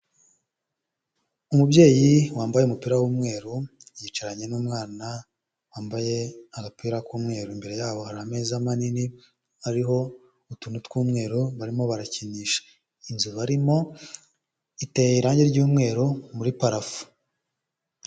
Umubyeyi wambaye umupira w'umweru, yicaranye n'umwana wambaye agapira k'umweru. Mbere yaho hari ameza manini ariho utuntu tw'umweru barimo barakinisha. Inzu barimo iteye irangi ry'umweru muri parafu.